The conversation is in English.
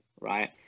right